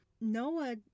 Noah